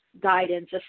guidance